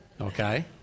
Okay